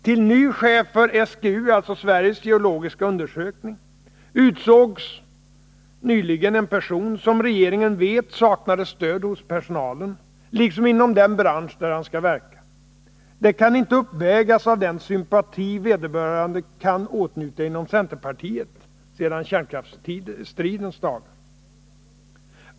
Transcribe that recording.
Till ny chef för SGU, Sveriges geologiska undersökning, utsågs nyligen en person som regeringen vet saknade stöd hos personalen liksom inom den bransch där han skall verka. Det kan inte uppvägas av den sympati vederbörande kan åtnjuta inom centerpartiet sedan kärnkraftsstridens dagar.